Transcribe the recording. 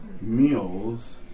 meals